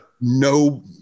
no